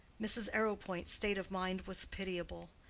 mrs. arrowpoint's state of mind was pitiable.